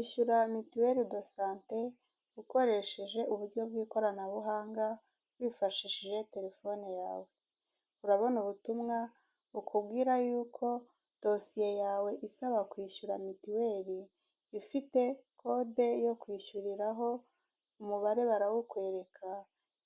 Ishyura mituweri do sante ukoresheje uburyo bw'ikoranabuhanga wifashishije telefone yawe. Urabona ubutumwa bukubwira yuko dosiye yawe isaba kwishyura mituweri ifite kode yo kwishyuriraho umubare barawukwereka